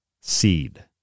seed